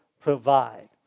provide